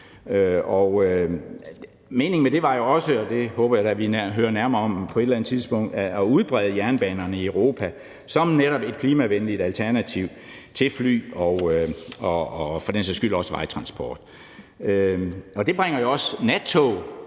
Meningen med det var jo også – og det håber jeg da vi hører nærmere om på et eller andet tidspunkt – at udbrede jernbanerne i Europa som netop et klimavenligt alternativ til fly og for den sags skyld også vejtransport. Det bringer jo også nattog